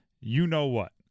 you-know-what